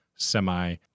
Semi